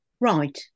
Right